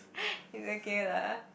it's okay lah